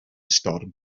storm